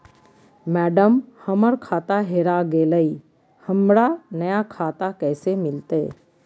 madam, हमर खाता हेरा गेलई, हमरा नया खाता कैसे मिलते